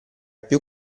più